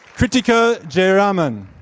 krithika jeyaraman.